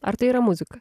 ar tai yra muzika